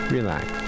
Relax